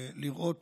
לראות